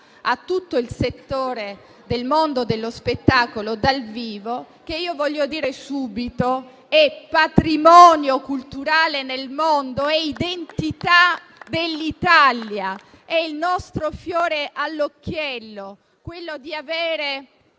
a tutto il settore del mondo dello spettacolo dal vivo, che - lo voglio dire subito - è patrimonio culturale nel mondo, è identità dell'Italia. È il nostro fiore all'occhiello il fatto di avere